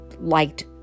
liked